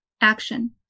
Action